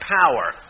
power